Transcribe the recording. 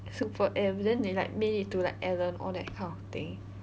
super M then they like made it to like ellen all that kind of thing